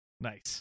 nice